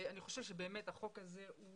אני חושב שהחוק הזה הוא